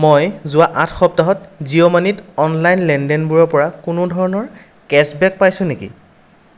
মই যোৱা আঠ সপ্তাহত জিঅ' মানিত অনলাইন লেনদেনবোৰৰ পৰা কোনো ধৰণৰ কেশ্ববেক পাইছো নেকি